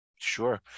Sure